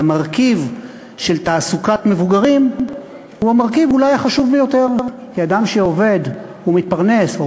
המרכיב של תעסוקת מבוגרים הוא המרכיב אולי החשוב ביותר בנושא זה,